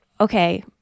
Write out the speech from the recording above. okay